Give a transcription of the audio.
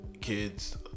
kids